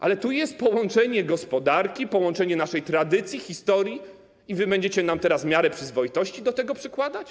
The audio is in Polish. Ale tu jest połączenie gospodarki, połączenie naszej tradycji, historii i wy będziecie nam teraz miarę przyzwoitości do tego przykładać?